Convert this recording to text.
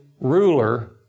ruler